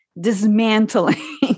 dismantling